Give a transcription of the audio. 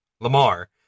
lamar